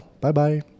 Bye-bye